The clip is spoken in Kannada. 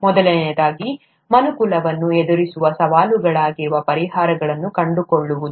ಮೊದಲನೆಯದಾಗಿ ಮನುಕುಲವನ್ನು ಎದುರಿಸುವ ಸವಾಲುಗಳಿಗೆ ಪರಿಹಾರಗಳನ್ನು ಕಂಡುಕೊಳ್ಳುವುದು